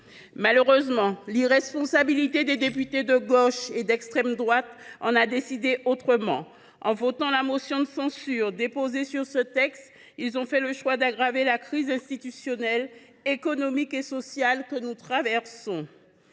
Malheureusement, l’irresponsabilité des députés de gauche et d’extrême droite en a décidé autrement. En votant en faveur de la motion de censure déposée sur ce projet de loi, les intéressés ont fait le choix d’aggraver la crise institutionnelle, économique et sociale que nous traversons.